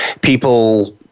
people